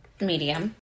medium